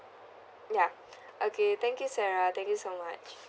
yeah okay thank you sarah thank you so much